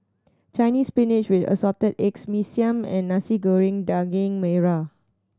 Chinese Spinach with Assorted Eggs Mee Siam and Nasi Goreng Daging Merah